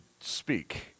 speak